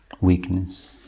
weakness